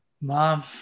mom